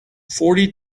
forty